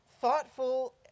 thoughtful